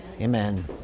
Amen